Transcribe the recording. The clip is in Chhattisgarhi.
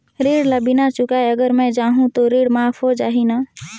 ऋण ला बिना चुकाय अगर मै जाहूं तो ऋण माफ हो जाही न?